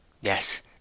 Yes